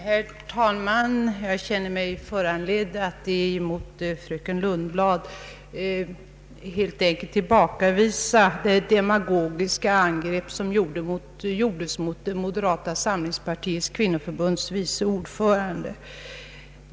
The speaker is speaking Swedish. Herr talman! Jag känner mig föranlåten att tillbakavisa fru Grethe Lundblads demagogiska angrepp mot Moderata samlingspartiets kvinnoförbunds vice ordförande.